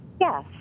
Yes